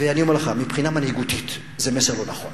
אני אומר לך: מבחינה מנהיגותית, זה מסר לא נכון.